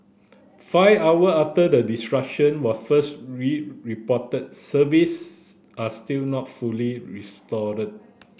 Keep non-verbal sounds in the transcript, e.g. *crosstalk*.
five hour after the disruption was first *unintelligible* reported services are still not fully restored